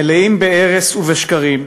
מלאים בארס ובשקרים,